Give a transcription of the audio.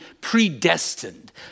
predestined